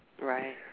Right